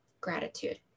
gratitude